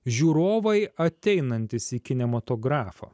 žiūrovai ateinantys į kinematografą